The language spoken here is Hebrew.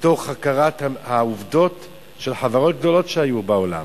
מתוך הכרת העובדות של חברות גדולות שהיו בעולם.